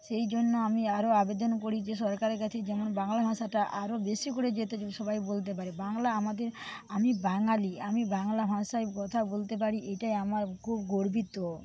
সেই জন্য আমি আরও আবেদন করি যে সরকারের কাছে যেমন বাংলা ভাষাটা আরও বেশি করে যাতে সবাই বলতে পারে বাংলা আমাদের আমি বাঙালি আমি বাংলা ভাষায় কথা বলতে পারি এইটাই আমার খুব গর্বিত